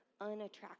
unattractive